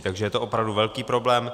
Takže je to opravdu velký problém.